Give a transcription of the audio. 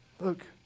Look